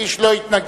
איש לא התנגד,